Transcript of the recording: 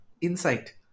insight